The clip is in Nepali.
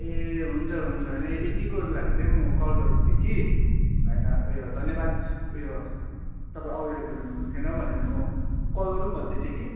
ए हुन्छ हुन्छ होइन यतिको लागि त म कल गरेको थिएँ कि होइन उयो धन्यवाद उयो तपाईँ अगाडि बोलाउनु हुन्थेन भनेर म कल गरौँ भन्दै थिएँ कि